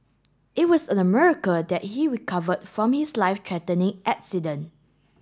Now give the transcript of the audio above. it was a miracle that he recovered from his life threatening accident